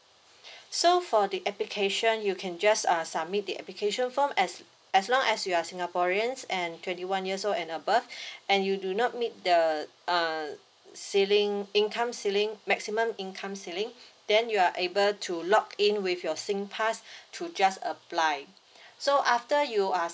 so for the application you can just uh submit the application form as as long as you are singaporeans and twenty one years old and above and you do not meet the uh ceiling income ceiling maximum income ceiling then you are able to log in with your singpass to just apply so after you are